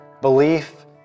belief